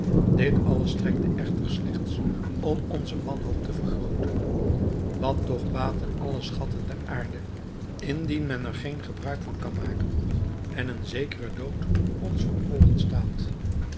dit alles strekte echter slechts om onze wanhoop te vergrooten wat toch baten alle schatten der aarde indien men er geen gebruik van kan maken en een zekere dood ons voor oogen staat